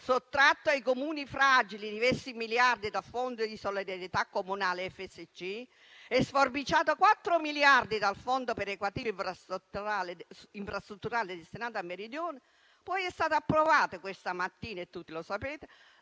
sottratto ai Comuni fragili diversi miliardi dal Fondo di solidarietà comunale (FSC) e sforbiciato quattro miliardi dal Fondo perequativo infrastrutturale destinato al Meridione, ha poi fatto sì che fosse approvato questa mattina - e tutti lo sapete